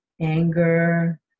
anger